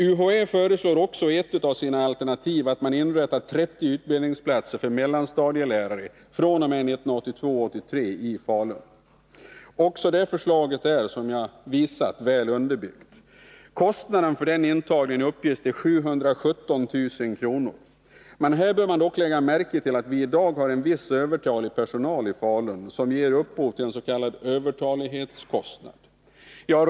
UHÄ föreslår också i ett av sina alternativ att man inrättar 30 utbildningsplatser för mellanstadielärare fr.o.m. 1982/83 i Falun. Också det förslaget är, som jag visat, väl underbyggt. Kostnaden för denna intagning anges till 717 000 kr. Här bör man dock lägga märke till att vi i dag har en viss övertalig personal i Falun, som ger upphov till en s.k. övertalighetskostnad.